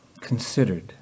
considered